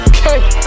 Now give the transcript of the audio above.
Okay